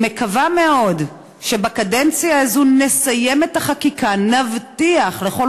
אני מקווה מאוד שבקדנציה הזאת נסיים את החקיקה ונבטיח לכל